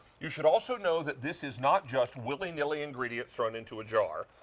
you should also know that this is not just willy-nilly ingredients thrown into a jar.